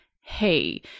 hey